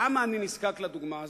למה אני נזקק לדוגמה הזאת?